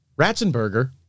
Ratzenberger